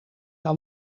aan